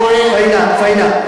פאינה,